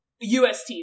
UST